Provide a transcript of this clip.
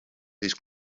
these